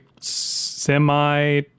semi